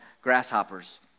grasshoppers